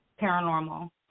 paranormal